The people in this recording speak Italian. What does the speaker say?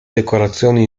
decorazioni